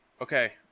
Okay